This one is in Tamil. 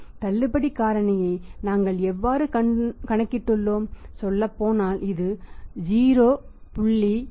தள்ளுபடி காரணியை நாங்கள் எவ்வாறு கணக்கிட்டுள்ளோம் சொல்லப்போனால் இது 0